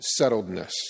settledness